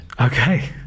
okay